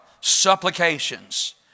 supplications